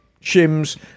shims